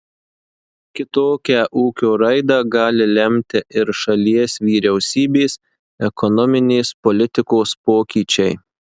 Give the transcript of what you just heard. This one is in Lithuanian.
kitokią ūkio raidą gali lemti ir šalies vyriausybės ekonominės politikos pokyčiai